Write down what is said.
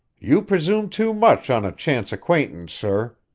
you presume too much on a chance acquaintance, sir!